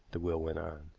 the will went on.